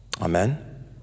Amen